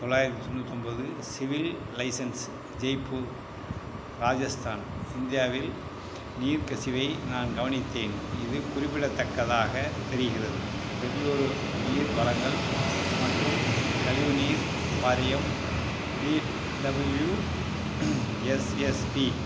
தொள்ளாயிரத்தி தொண்ணூத்தொம்போது civil licence Jaipur Rajasthan இந்தியாவில் நீர்க்கசிவை நான் கவனித்தேன் இது குறிப்பிடத்தக்கதாக தெரிகிறது பெங்களூரு நீர் வழங்கல் மற்றும் கழிவு நீர் வாரியம் B W B S S B